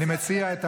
אני מציע,